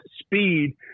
speed